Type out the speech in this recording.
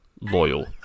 loyal